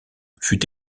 fut